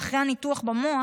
ואחרי הניתוח במוח,